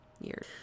years